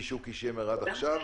מדברי שוקי שמר ועד עכשיו.